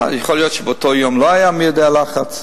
יכול להיות שבאותו יום לא היה מי יודע מה לחץ.